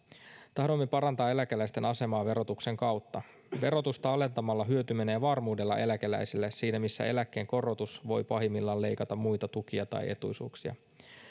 tahdomme parantaa eläkeläisten asemaa verotuksen kautta verotusta alentamalla hyöty menee varmuudella eläkeläisille siinä missä eläkkeen korotus voi pahimmillaan leikata muita tukia tai etuisuuksia